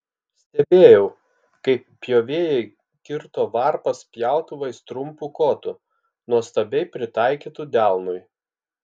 stebėjau kaip pjovėjai kirto varpas pjautuvais trumpu kotu nuostabiai pritaikytu delnui